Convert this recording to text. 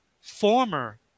former